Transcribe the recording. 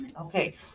Okay